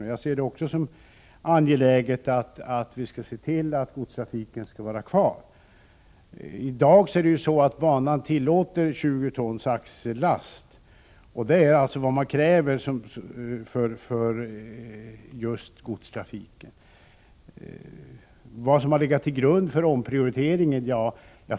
Även jag menar att det är angeläget att se till att godstrafiken får vara kvar. I dag tillåter banan 20 tons axellast, vilket är vad man kräver för just godstrafiken. Ove Eriksson undrar vad som har legat till grund för omprioriteringen.